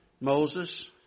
Moses